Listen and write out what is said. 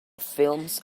films